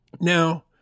now